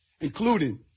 including